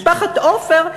משפחת עופר,